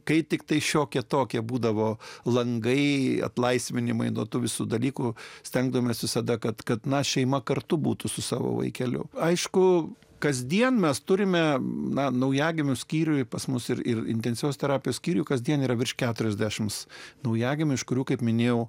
kai tiktai šiokią tokią būdavo langai atlaisvinimai nuo tų visų dalykų stengdavomės visada kad kad na šeima kartu būtų su savo vaikeliu aišku kasdien mes turime naujagimių skyriuje pas mus ir intensyvios terapijos skyrių kasdien yra virš keturiasdešimt naujagimių iš kurių kaip minėjau